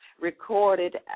Recorded